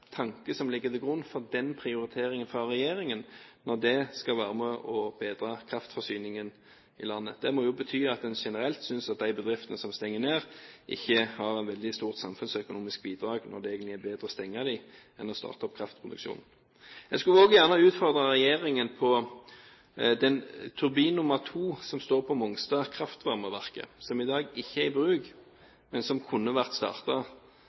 tanke som ligger til grunn for denne prioriteringen fra regjeringen, når dette skal være med og bedre kraftforsyningen i landet. Det må jo bety at en generelt synes at de bedriftene som stenger ned, ikke gir et veldig stort samfunnsøkonomisk bidrag – når det egentlig er bedre å stenge dem enn å starte opp kraftproduksjon. Jeg vil også gjerne utfordre regjeringen med hensyn til turbin nr. 2 i kraftvarmeverket på Mongstad som i dag ikke er i bruk, men som kunne ha vært